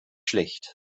schlecht